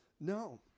No